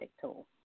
tool